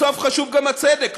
בסוף חשוב גם הצדק.